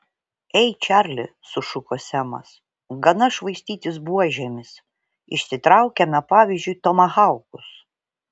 ei čarli sušuko semas gana švaistytis buožėmis išsitraukiame pavyzdžiui tomahaukus